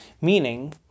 meaning